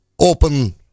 open